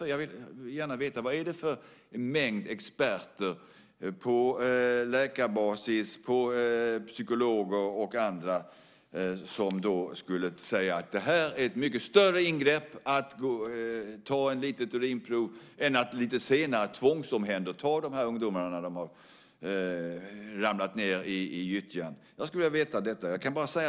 Jag vill gärna veta vad det är för mängd experter, läkare, psykologer och andra, som skulle säga att det är ett mycket större ingrepp att ta ett litet urinprov än att lite senare tvångsomhänderta de här ungdomarna när de har ramlat ned i gyttjan. Jag skulle vilja veta detta.